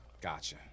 Gotcha